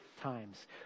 times